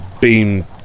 beam